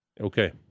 Okay